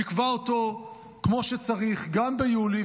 יקבע אותו כמו שצריך גם ביולי,